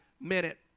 minute